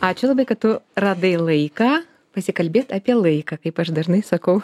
ačiū labai kad tu radai laiką pasikalbėt apie laiką kaip aš dažnai sakau